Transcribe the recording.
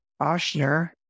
Oshner